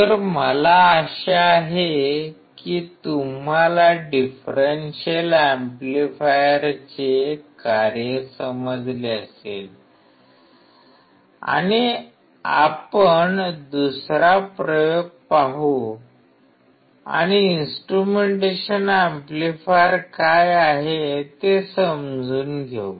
तर मला आशा आहे की तुम्हाला डिफरेंशियल एम्पलीफायरचे कार्य समजले असेल आणि आपण दुसरा प्रयोग पाहू आणि इन्स्ट्रुमेंटेशन एम्पलीफायर काय आहे ते समजून घेऊ